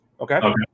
Okay